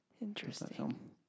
Interesting